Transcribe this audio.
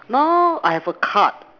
now I've a card